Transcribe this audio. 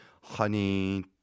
honey